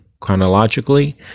chronologically